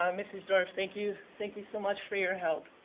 um mrs. dorff, thank you. thank you so much for your help.